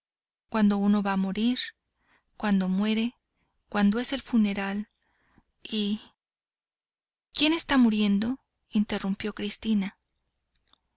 cuando uno va a morir cuando muere cuando es el funeral y quién está muriendo interrumpió cristina